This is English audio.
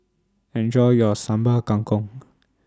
Enjoy your Sambal Kangkong